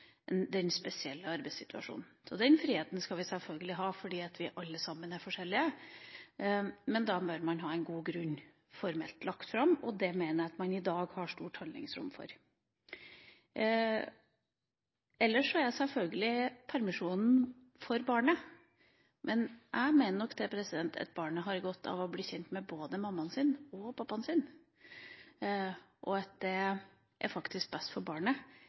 den spesielle arbeidssituasjonen. Den friheten skal vi selvfølgelig ha fordi vi alle sammen er forskjellige. Men da bør man ha en god grunn formelt lagt fram, og det mener jeg at man i dag har stort handlingsrom for. Ellers er selvfølgelig permisjonen for barnet. Men jeg mener nok at barnet har godt av å bli kjent med både mammaen sin og pappaen sin, og at det faktisk er best for barnet